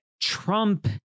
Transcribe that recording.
Trump